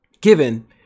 given